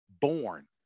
born